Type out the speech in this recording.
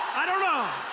i don't know.